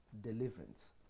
deliverance